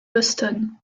boston